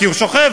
כי הוא שוכב,